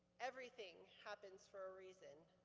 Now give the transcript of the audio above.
everything happens for a reason.